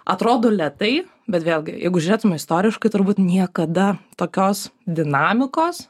atrodo lėtai bet vėlgi jeigu žiūrėtum istoriškai turbūt niekada tokios dinamikos